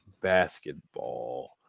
basketball